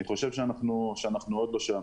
אני חושב שאנחנו עוד לא שם.